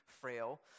frail